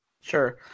Sure